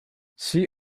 see